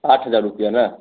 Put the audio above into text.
आठ हजार रूपया न